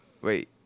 wait